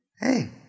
Hey